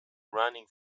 running